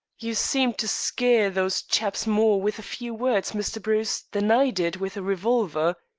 you seemed to skeer those chaps more with a few words, mr. bruce, than i did with a revolver.